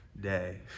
day